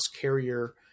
carrier